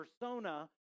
persona